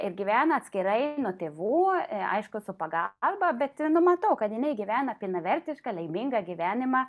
ir gyvena atskirai nuo tėvų aišku su paga arba bet nu matau kad jinai gyvena pilnavertišką laimingą gyvenimą